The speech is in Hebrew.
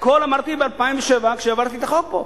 הכול אמרתי ב-2007 כשהעברתי את החוק פה.